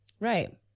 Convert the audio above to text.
right